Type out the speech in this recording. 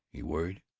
he worried.